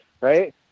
right